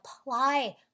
apply